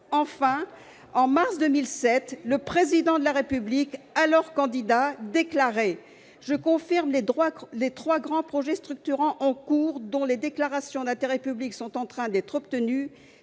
Enfin, en mars 2017, le Président de la République, alors candidat, déclarait :« Je confirme les trois grands projets en cours dont les déclarations d'intérêt public sont en train d'être obtenues,